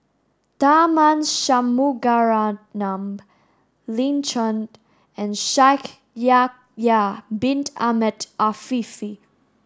Tharman Shanmugaratnam Lin Chen and Shaikh Yahya bin Ahmed Afifi